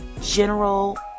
general